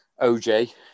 OJ